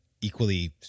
equally